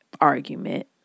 argument